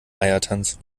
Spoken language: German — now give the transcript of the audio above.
eiertanz